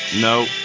No